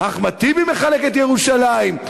אחמד טיבי מחלק את ירושלים.